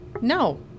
no